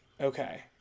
Okay